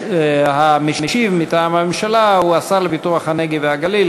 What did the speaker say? המשיב מטעם הממשלה הוא השר לפיתוח הנגב והגליל,